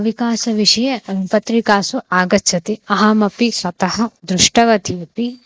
विकासविषये पत्रिकासु आगच्छति अहमपि स्वतः दृष्टवती अपि